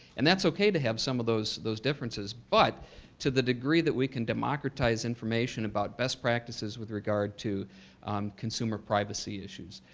and that's okay to have some of those those differences. but to the degree that we can democratize information about best practices with regard to consumer privacy issues,